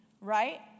right